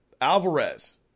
Alvarez